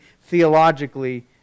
theologically